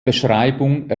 beschreibung